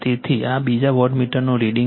તેથી આ બીજા વોટમીટરનું રીડિંગ છે